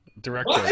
director